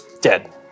dead